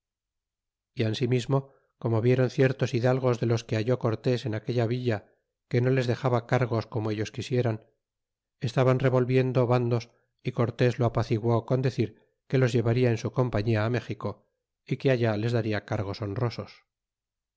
y ansi mismo como vieron ciertos hidalgos de los que ha cortés en aquella villa que no les dexaba cargos como ellos quisieran estaban revolviendo van dos é cortés lo apaciguó con decir que los llevarla en su compañía méxico é que allá les daria cargos honrosos